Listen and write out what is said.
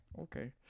Okay